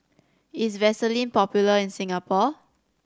is Vaselin popular in Singapore